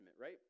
right